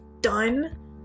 done